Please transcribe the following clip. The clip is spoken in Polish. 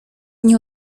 nie